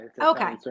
Okay